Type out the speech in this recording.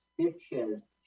Stitches